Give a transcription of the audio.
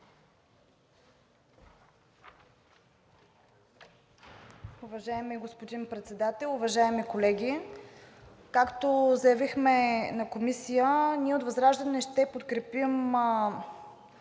Уважаеми господин Председател, уважаеми колеги! Както заявихме на Комисията, ние от ВЪЗРАЖДАНЕ ще подкрепим